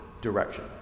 direction